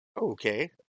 Okay